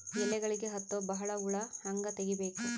ಎಲೆಗಳಿಗೆ ಹತ್ತೋ ಬಹಳ ಹುಳ ಹಂಗ ತೆಗೀಬೆಕು?